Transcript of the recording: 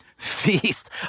feast